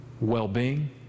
well-being